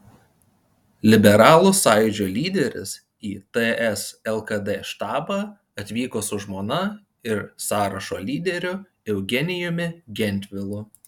liberalų sąjūdžio lyderis į ts lkd štabą atvyko su žmona ir sąrašo lyderiu eugenijumi gentvilu